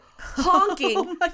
honking